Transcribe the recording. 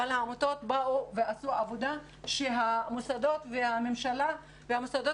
אבל העמותות עשו עבודה שהמוסדות והממשלה והמוסדות